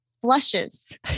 flushes